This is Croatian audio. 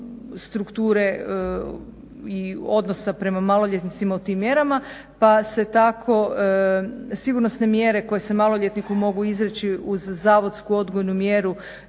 strukture i odnosa prema maloljetnicima u tim mjerama. Pa se tako sigurnosne mjere koje se maloljetniku mogu izreći uz zavodsku odgojnu mjeru